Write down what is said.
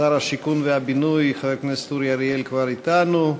שר הבינוי, חבר הכנסת אורי אריאל, כבר אתנו,